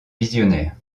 visionnaire